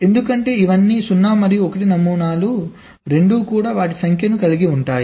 ఎందుకంటే ఇవన్నీ 0 మరియు 1 నమూనాలు రెండూ కూడా వాటి సంఖ్యను కలిగి ఉంటాయి